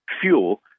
fuel